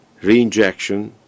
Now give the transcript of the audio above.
reinjection